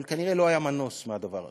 אבל כנראה לא היה מנוס מהדבר הזה.